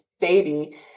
baby